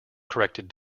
corrected